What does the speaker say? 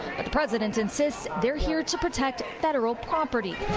the president insists they're here to protect federal property.